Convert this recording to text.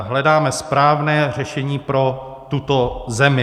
Hledáme správné řešení pro tuto zemi.